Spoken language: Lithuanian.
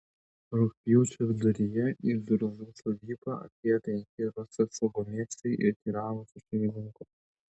rugpjūčio viduryje į zurzų sodybą atėjo penki rusų saugumiečiai ir teiravosi šeimininko